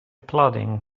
plodding